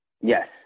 yes